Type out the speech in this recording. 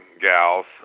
gals